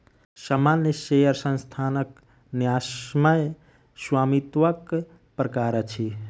सामान्य शेयर संस्थानक न्यायसम्य स्वामित्वक प्रकार अछि